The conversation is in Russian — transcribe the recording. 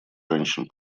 женщин